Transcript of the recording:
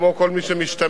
כמו כל מי שמשתמש,